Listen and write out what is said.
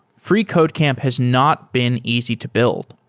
freecodecamp has not been easy to build.